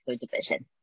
division